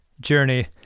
journey